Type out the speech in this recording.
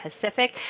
Pacific